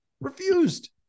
refused